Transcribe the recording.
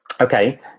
Okay